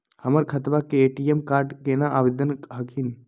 हमर खतवा के ए.टी.एम कार्ड केना आवेदन हखिन?